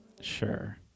Sure